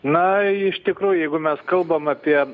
na iš tikrųjų jeigu mes kalbam apie